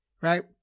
right